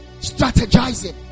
Strategizing